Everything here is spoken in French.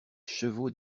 chevaux